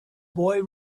boy